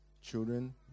children